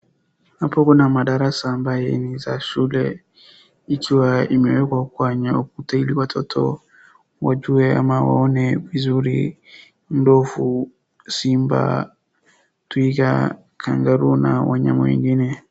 Hapo kuna madarasa ambaye ni za shule ikiwa imewekwa kwenye ukuta ili watoto wajue ama waone vizuri ndovu, simba, twiga, kangaruu na wanyama wengine.